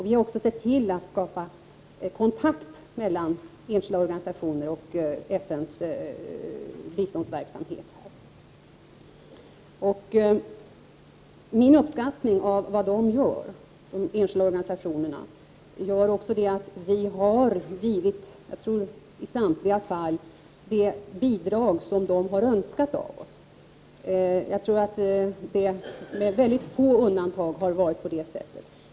Vi har också sett till att skapa kontakt mellan enskilda organisationer och FN:s biståndsverksamhet. Min uppskattning av vad de enskilda organisationerna gör har också lett till att vi i samtliga fall har givit dem de bidrag de har önskat. Jag tror att det med ytterst få undantag har varit på det sättet.